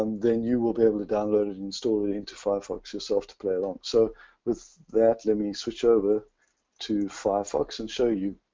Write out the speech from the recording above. um then you will be able to download it and install it into firefox yourself to play along. so with that, let me switch over to firefox and show you,